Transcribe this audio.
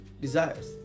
desires